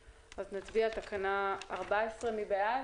אז נצביע על תקנה 14. מי בעד?